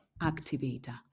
activator